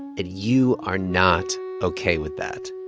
and you are not ok with that?